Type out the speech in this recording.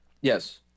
Yes